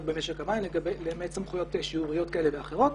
במשק המים למעט סמכויות שיוריות כאלה ואחרות.